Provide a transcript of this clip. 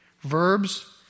verbs